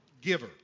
Giver